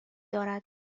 دارد